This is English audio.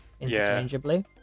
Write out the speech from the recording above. interchangeably